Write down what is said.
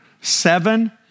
seven